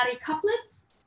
couplets